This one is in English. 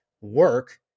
work